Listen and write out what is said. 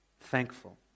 Thankful